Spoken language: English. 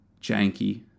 janky